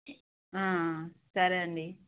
సరే అండి